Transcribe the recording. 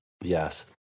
Yes